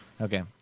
Okay